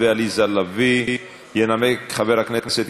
ברשותכם,